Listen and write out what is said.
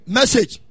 Message